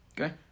Okay